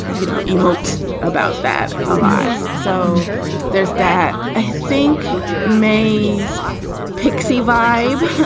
you know, emote about that alive so there's that. i think maise pixie vibe.